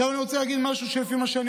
עכשיו אני רוצה להגיד משהו לפי מה שאני